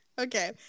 Okay